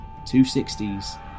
260s